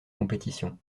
compétition